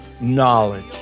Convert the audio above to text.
knowledge